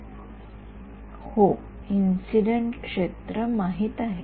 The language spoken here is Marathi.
विद्यार्थीः हो इंसिडेन्ट क्षेत्र माहित आहे